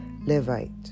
Levite